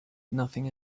nothing